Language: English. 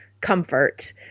comfort